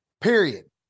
period